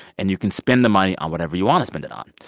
and you can spend the money on whatever you want to spend it on.